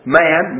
man